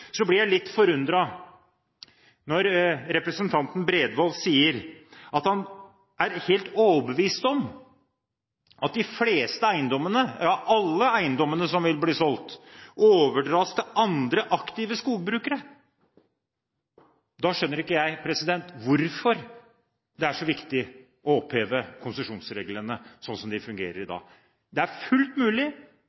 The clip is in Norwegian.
Så blir jeg litt forundret når representanten Bredvold sier at han er helt overbevist om at de fleste eiendommene – ja, at alle eiendommene som vil bli solgt – overdras til andre aktive skogbrukere. Da skjønner jeg ikke hvorfor det er så viktig å oppheve konsesjonsreglene slik de fungerer i